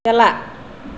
ᱪᱟᱞᱟᱜ